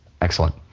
Excellent